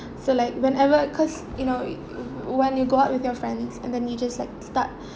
so like whenever cause you know when you go out with your friends and then you just like start